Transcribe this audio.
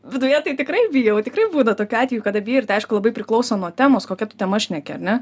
viduje tai tikrai bijau tikrai būna tokių atvejų kada bijai ir tai aišku labai priklauso nuo temos kokia tu tema šneki ar ne